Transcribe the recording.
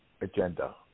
agenda